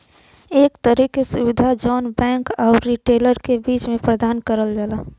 एक तरे क सुविधा जौन बैंक आउर रिटेलर क बीच में प्रदान करल जाला